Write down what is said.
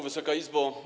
Wysoka Izbo!